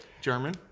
German